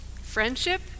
friendship